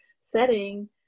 setting